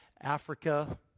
Africa